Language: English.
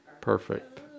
perfect